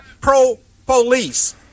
pro-police